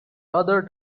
other